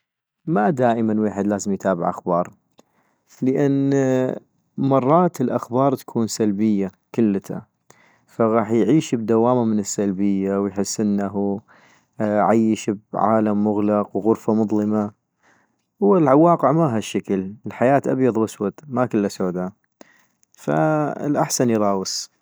ما دائما ويحد لازم يتابع اخبار ، لان مرات الأخبار تكون سلبية كلتا فغاح يعيش بدوامة من السلبية ويحس انه عيش بعالم مغلق وغرفة مظلمة - وهو الواقع ما هشكل الحياة ابيض واسود ما كلا سودا - فالاحسن يراوس